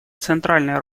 центральной